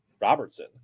Robertson